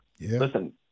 Listen